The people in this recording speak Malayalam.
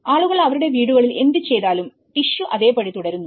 ആളുകൾ അവരുടെ വീടുകളിൽ എന്ത് ചെയ്താലും ടിഷ്യൂ അതേപടി തുടരുന്നു